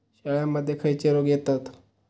शेळ्यामध्ये खैचे रोग येतत?